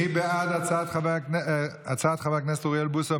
מי בעד הצעת חבר הכנסת אוריאל בוסו?